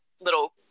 little